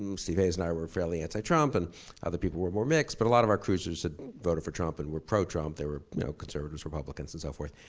um steve hayes and i were fairly anti trump and other people were more mixed but a lot of our cruisers had voted for trump and were pro trump. they were you know conservatives, republicans and so forth.